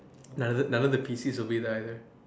none of the none of the P_Cs will be there either